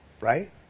Right